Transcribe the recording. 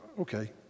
okay